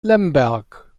lemberg